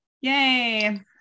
Yay